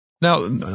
Now